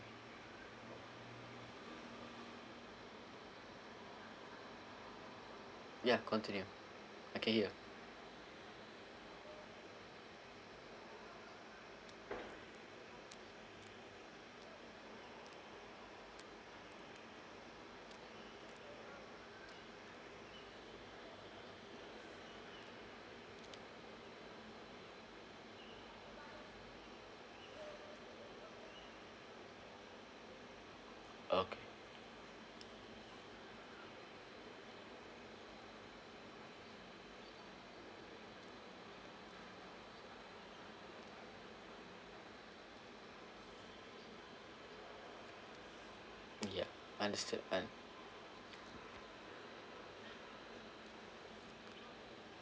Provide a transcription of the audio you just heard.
ya continue I can hear okay ya understood un~